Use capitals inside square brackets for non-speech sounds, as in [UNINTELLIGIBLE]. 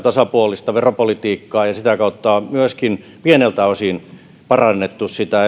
ja tasapuolista veropolitiikkaa ja sitä kautta myöskin pieneltä osin parantaneet sitä [UNINTELLIGIBLE]